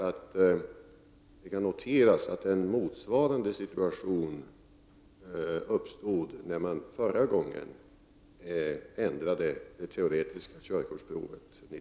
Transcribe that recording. Det kan noteras att en motsvarande situation uppstod när man förra gången, 1973, ändrade det teoretiska körkortsprovet.